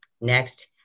Next